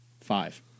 five